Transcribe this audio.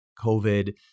COVID